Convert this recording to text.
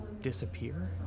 disappear